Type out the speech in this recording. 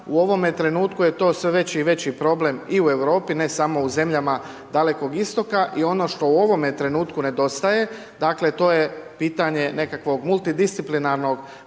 U ovome trenutku je to sve veći i veći problem i u Europi, ne samo u zemljama dalekog Istoka i ono što u ovome trenutku nedostaje, dakle, to je pitanje nekakvog multidisciplinarnog